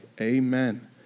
amen